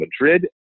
Madrid